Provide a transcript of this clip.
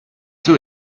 too